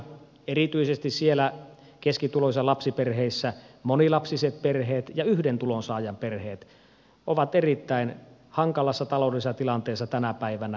erityisesti siellä keskituloisissa lapsiperheissä monilapsiset perheet ja yhden tulonsaajan perheet ovat erittäin hankalassa taloudellisessa tilanteessa tänä päivänä